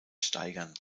steigern